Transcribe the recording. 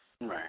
right